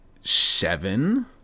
Seven